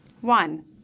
One